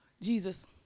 Jesus